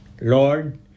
Lord